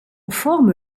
forme